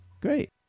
Great